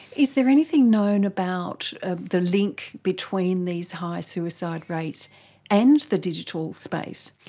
is there anything known about ah the link between these high suicide rates and the digital space?